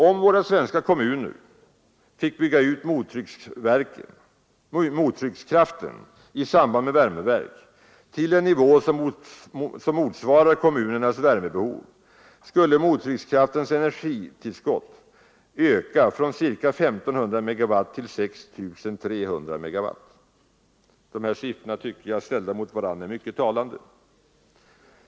Om våra svenska kommuner finge bygga ut mottryckskraften i samband med värmeverk till en nivå som motsvarar kommunernas värmebehov, skulle mottryckskraftens energitillskott öka från ca 1 500 megawatt till 6 300 megawatt. De här siffrorna, ställda mot varandra, tycker jag är mycket talande.